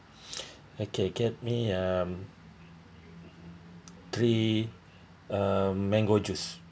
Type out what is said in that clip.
okay get me um three um mango juice